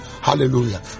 Hallelujah